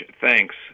thanks